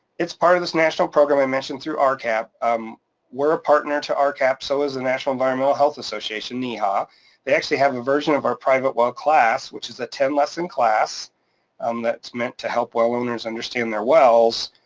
it's part of this national program i mentioned through rcap, um we're a partner to rcap, so is the national environmental health association, neha. they actually have a version of our private well class, which is a ten lesson class um that's meant to help well owners understand their wells,